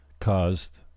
caused